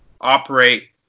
operate